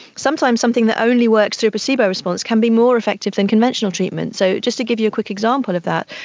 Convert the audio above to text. sometimes something that only works through placebo response can be more effective than conventional treatment. so just to give you a quick example of that,